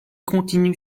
continue